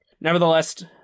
Nevertheless